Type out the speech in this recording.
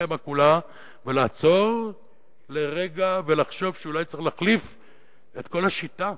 בסיסטמה גדולה ולעצור לרגע ולחשוב שאולי צריך להחליף את כל השיטה.